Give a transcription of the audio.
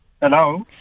Hello